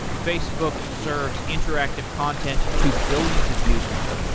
facebook serves interactive content to billions of users.